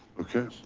okay.